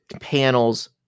panels